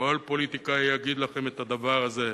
כל פוליטיקאי יגיד לכם את הדבר הזה.